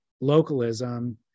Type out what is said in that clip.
localism